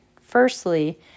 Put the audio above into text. Firstly